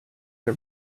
her